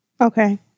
Okay